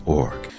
org